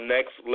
Next